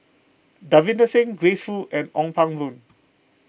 Davinder Singh Grace Fu and Ong Pang Boon